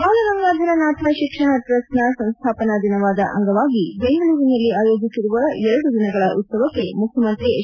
ಬಾಲಗಂಗಾಧರನಾಥ ಶಿಕ್ಷಣ ಟ್ರಸ್ಟ್ನ ಸಂಸ್ಡಾಪನಾ ದಿನದ ಅಂಗವಾಗಿ ಬೆಂಗಳೂರಿನಲ್ಲಿ ಆಯೋಜಿಸಿರುವ ಎರಡು ದಿನಗಳ ಉತ್ಸವಕ್ಕೆ ಮುಖ್ಯಮಂತ್ರಿ ಎಚ್